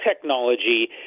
technology